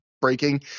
breaking